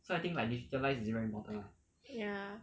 ya